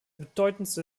bedeutendste